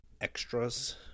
extras